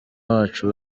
wacu